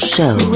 Show